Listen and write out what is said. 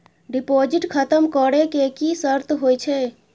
Deposit खतम करे के की सर्त होय छै?